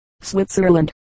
Switzerland